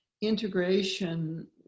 integration